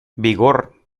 vigor